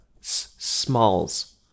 Smalls